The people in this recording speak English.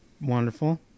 Wonderful